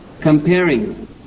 comparing